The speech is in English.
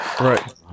Right